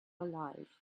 alive